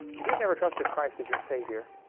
if you've never trusted christ as your savior,